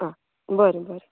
आं बरें बरें